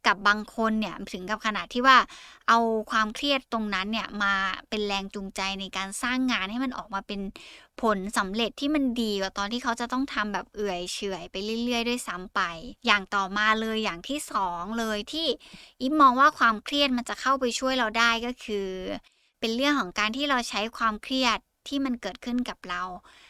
กับบางคนเนี่ยถึงกับขนาดที่ว่าเอาความเครียดตรงนั้นเนี่ยมาเป็นแรงจูงใจในการสร้างงานให้มันออกมาเป็นผลสำเร็จที่มันดีกว่าตอนที่เขาจะต้องทำแบบเอื่อยเฉื่อยไปเรื่อยๆด้วยซ้ำไป อย่างต่อมาเลย อย่างที่สองเลย ที่อีฟมองว่าความเครียดมันจะเข้าไปช่วยเราได้ก็คือเป็นเรื่องของการที่เราใช้ความเครียดที่มันเกิดขึ้นกับเรา